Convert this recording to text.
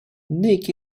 nick